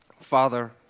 Father